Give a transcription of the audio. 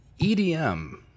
EDM